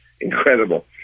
incredible